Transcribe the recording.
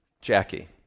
Jackie